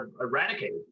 eradicated